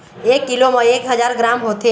एक कीलो म एक हजार ग्राम होथे